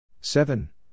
Seven